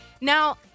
Now